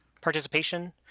participation